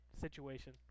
situation